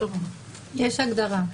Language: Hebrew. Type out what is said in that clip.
יש הגדרה.